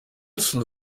olsen